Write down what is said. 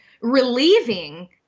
relieving